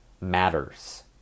matters